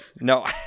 No